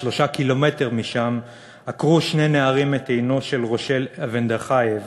ו-3 קילומטרים משם עקרו שני נערים את עינו של רושל אבדרחיינרב,